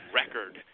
record